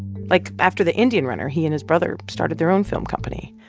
like, after the indian runner, he and his brother started their own film company